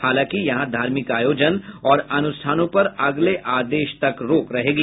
हालांकि यहां धार्मिक आयोजन और अनुष्ठानों पर अगले आदेश तक रोक रहेगी